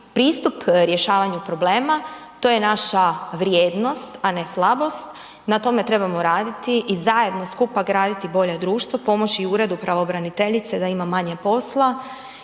pristup rješavanju problema to je naša vrijednost, a ne slabost, na tome trebamo raditi i zajedno skupa graditi bolje društvo, pomoći i Uredu pravobraniteljice da ima manje posla.